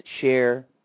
share